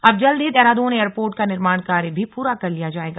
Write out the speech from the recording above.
अब जल्द ही देहरादून एयरपोर्ट का निर्माण कार्य भी पूरा कर लिया जायेगा